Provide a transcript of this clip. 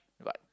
but